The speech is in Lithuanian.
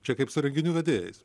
čia kaip su renginių vedėjais